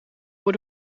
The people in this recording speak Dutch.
voor